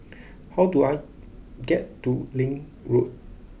how do I get to Link Road